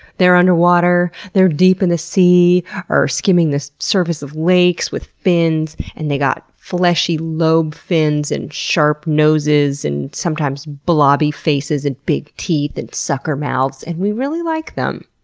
they're underwater. they're deep in the sea or skimming the surface of lakes with fins. and they've got fleshy lobe fins, and sharp noses, and sometimes blobby faces, and big teeth, and sucker mouths, and we really like them.